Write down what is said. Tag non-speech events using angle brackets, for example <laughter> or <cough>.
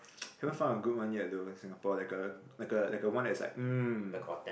<noise> even found a good one yet I do in Singapore like a like a like a one as like hmm